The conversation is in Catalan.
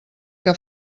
que